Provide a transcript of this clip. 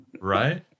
Right